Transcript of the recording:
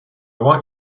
want